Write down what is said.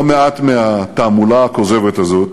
לא מעט מהתעמולה הכוזבת הזאת